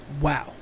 Wow